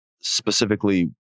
specifically